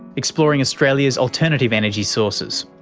exploring australia's alternative energy sources.